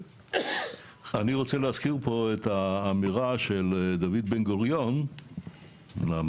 אני רוצה להזכיר פה את האמירה של דוד בן-גוריון שאמר